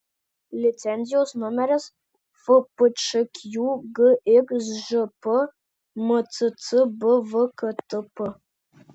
licenzijos numeris fpčq gxžp mccb vktp